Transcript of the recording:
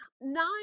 Nine